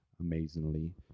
amazingly